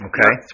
Okay